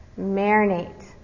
marinate